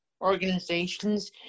organizations